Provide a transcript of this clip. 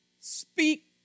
speak